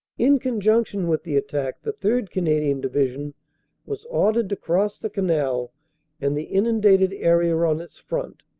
in conjunction with the attack the third. canadian divi sion was ordered to cross the canal and the inundated area on its front,